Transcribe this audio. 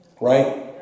Right